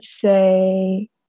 say